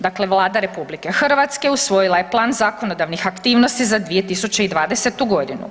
Dakle „Vlada RH usvojila je plan zakonodavnih aktivnosti za 2020. godinu.